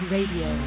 Radio